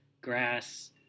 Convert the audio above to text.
grass